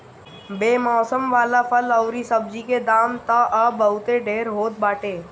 बेमौसम वाला फल अउरी सब्जी के दाम तअ बहुते ढेर होत बाटे